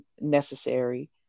necessary